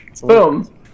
Boom